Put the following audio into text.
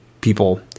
people